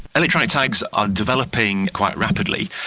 electronic tags are developing quite rapidly.